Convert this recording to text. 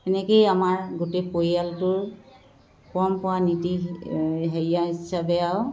সেনেকৈয়ে আমাৰ গোটেই পৰিয়ালটোৰ পৰম্পৰা নীতি হেৰিয়া হিচাপে আৰু